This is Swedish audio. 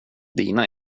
dina